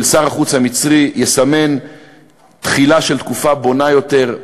של שר החוץ המצרי יסמן תחילה של תקופה בונה יותר,